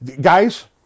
Guys